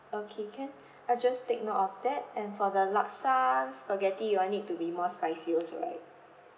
okay can I'll just take note of that and for the laksa spaghetti you want it to be more spicy also right